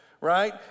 right